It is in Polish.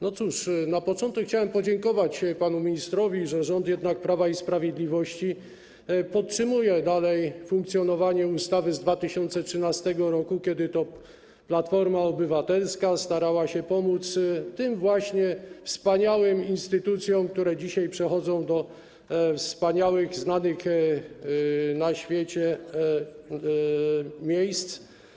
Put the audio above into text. No cóż, na początek chciałem podziękować panu ministrowi, że rząd Prawa i Sprawiedliwości jednak podtrzymuje funkcjonowanie ustawy z 2013 r., kiedy to Platforma Obywatelska starała się pomóc tym właśnie wspaniałym instytucjom, które dzisiaj przechodzą, zaliczane się do grupy wspaniałych, znanych na świecie miejsc.